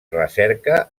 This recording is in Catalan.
recerca